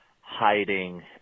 hiding